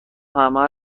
همه